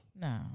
No